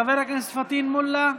חבר הכנסת פטין מולא,